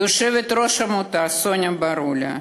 יושבת-ראש העמותה סוניה ברולה,